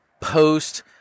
post-